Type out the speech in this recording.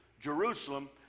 Jerusalem